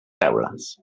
teules